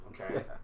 okay